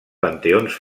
panteons